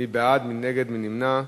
מי בעד, מי נגד, מי נמנע.